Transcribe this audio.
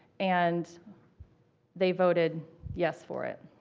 and they voted yes for it.